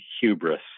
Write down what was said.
hubris